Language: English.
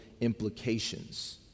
implications